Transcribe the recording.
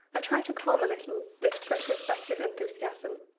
i tried to calm a little this retrospective enthusiasm,